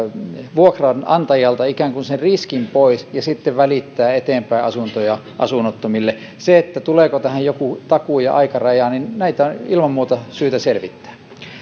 vuokranantajalta ikään kuin sen riskin pois ja sitten välittää eteenpäin asuntoja asunnottomille sitä tuleeko tähän joku takuu ja aikaraja on ilman muuta syytä selvittää